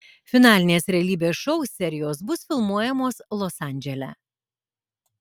finalinės realybės šou serijos bus filmuojamos los andžele